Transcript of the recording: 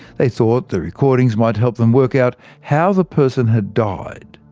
they thought the recordings might help them work out how the person had died.